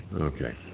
Okay